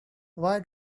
why